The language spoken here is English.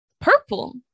Purple